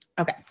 Okay